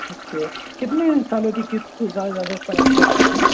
okay کتنے سالوں کی قسط زیادہ سے زیادہ سر آپ دے پاتے ہیں